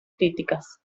críticas